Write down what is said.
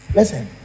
Listen